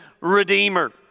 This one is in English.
redeemer